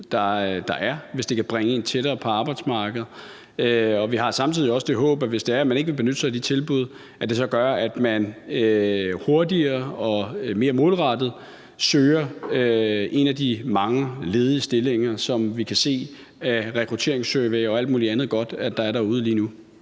der er, hvis det kan bringe en tættere på arbejdsmarkedet. Vi har samtidig også det håb, hvis det er, at man ikke vil benytte sig af de tilbud, at det så gør, at man hurtigere og mere målrettet søger en af de mange ledige stillinger, som vi kan se af rekrutteringssurvey og alt muligt andet godt at der er derude lige nu.